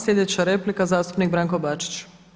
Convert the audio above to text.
Sljedeća replika zastupnik Branko Bačić.